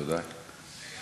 ודאי.